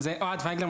אוהד וייגלר,